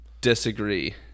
disagree